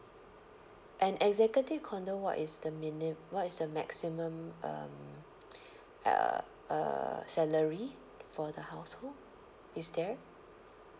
an executive condo what is the minim~ what is the maximum um uh uh salary for the household is there